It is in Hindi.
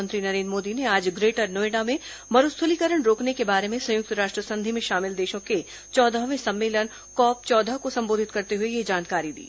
प्रधानमंत्री नरेन्द्र मोदी ने आज ग्रेटर नोएडा में मरूस्थलीकरण रोकने के बारे में संयुक्त राष्ट्र संधि में शामिल देशों के चौदहवें सम्मेलन कॉप चौदह को संबोधित करते हुए यह जानकारी दी